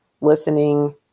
listening